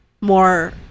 more